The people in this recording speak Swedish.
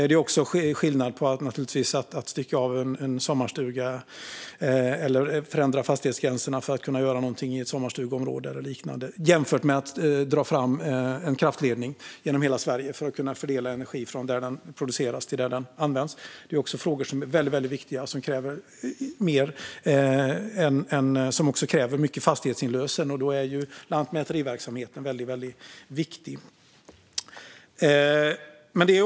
Det är också skillnad på att stycka av en sommarstugetomt eller förändra fastighetsgränserna för att kunna göra något i ett sommarstugeområde och att dra fram en kraftledning genom hela Sverige för att kunna fördela energi från där den produceras till där den används. Det senare är en stor fråga som också kräver mycket fastighetsinlösen, och då är lantmäteriverksamheten väldigt viktig.